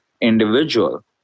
individual